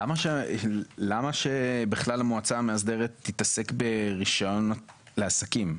למה שבכלל המועצה המאסדרת תתעסק ברישיון לעסקים?